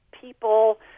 people